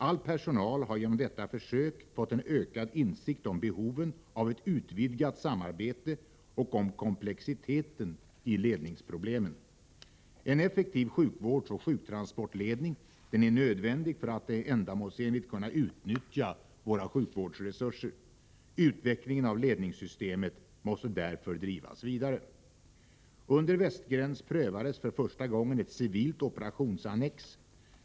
All personal har genom detta försök fått en ökad insikt om behoven av ett utvidgat samarbete och om komplexiteten i ledningsproblemen. En effektiv sjukvårdsoch sjuktransportledning är nödvändig för att ändamålsenligt kunna utnyttja våra sjukvårdsresurser. Utvecklingen av ledningssystemet måste därför drivas vidare. Under Västgräns prövades för första gången ett civilt operationsannex.